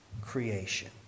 creation